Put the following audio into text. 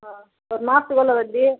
ஆ ஒரு மாதத்துக்கு எவ்வளோ வட்டி